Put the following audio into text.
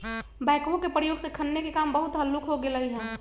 backhoe के प्रयोग से खन्ने के काम बहुते हल्लुक हो गेलइ ह